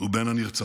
הוא בין הנרצחים.